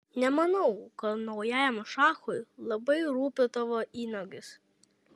nemanau kad naujajam šachui labai rūpi tavo įnagis